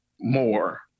more